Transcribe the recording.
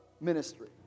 ministry